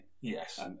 Yes